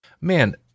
Man